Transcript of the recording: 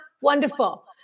wonderful